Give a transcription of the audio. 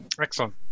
Excellent